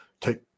take